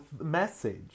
message